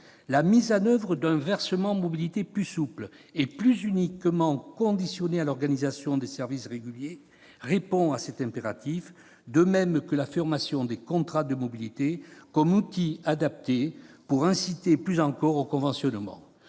La mise en oeuvre d'un versement mobilité plus souple et plus strictement conditionné à l'organisation de services réguliers répond à cet impératif, de même que l'affirmation des contrats de mobilité comme outils adaptés pour inciter plus encore au conventionnement.